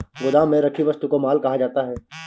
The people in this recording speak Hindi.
गोदाम में रखी वस्तु को माल कहा जाता है